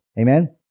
Amen